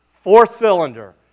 four-cylinder